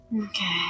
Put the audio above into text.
Okay